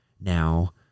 now